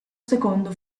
secondo